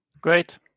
Great